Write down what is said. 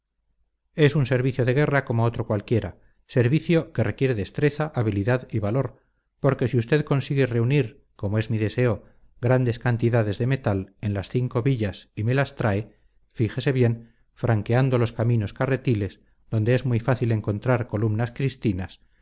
es un servicio de guerra como otro cualquiera servicio que requiere destreza habilidad y valor porque si usted consigue reunir como es mi deseo grandes cantidades de metal en las cinco villas y me las trae fíjese bien franqueando los caminos carretiles donde es muy fácil encontrar columnas cristinas